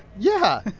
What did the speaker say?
yeah.